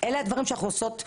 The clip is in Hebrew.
אלו הדברים שאנחנו עושות יום-יום,